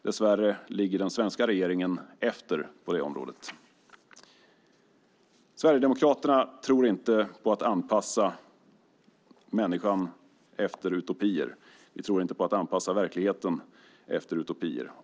Dess värre ligger svenska regeringen efter på det området. Sverigedemokraterna tror inte på anpassande av verkligheten efter utopier.